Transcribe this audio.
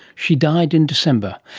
she died in december,